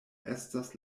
estas